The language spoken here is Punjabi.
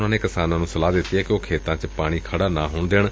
ਉਨੂਾ ਨੇ ਕਿਸਾਨਾਂ ਨੂੰ ਸਲਾਹ ਦਿੱਤੀ ਏ ਕਿ ਉਹ ਖੇਤਾਂ ਚ ਪਾਣੀ ਖੜਾ ਨਾ ਹੋਣ ਦੇਣ